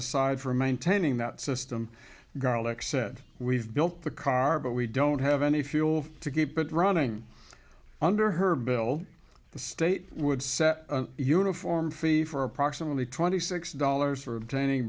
aside for maintaining that system garlic said we've built the car but we don't have any fuel to keep it running under her bill the state would set a uniform fee for approximately twenty six dollars for obtaining